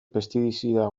pestizida